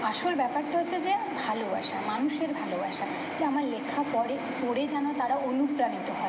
আসল ব্যাপারটা হচ্ছে যে ভালোবাসা মানুষের ভালোবাসা যে আমার লেখা পরে পড়ে যেন তারা অনুপ্রাণিত হয়